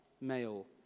male